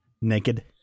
Naked